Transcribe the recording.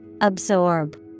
Absorb